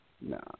No